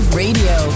radio